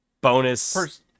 bonus